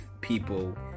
people